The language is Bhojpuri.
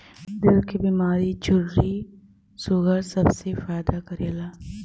दिल क बीमारी झुर्री सूगर सबे मे फायदा करेला